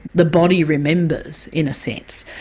the body remembers, in a sense,